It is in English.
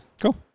Cool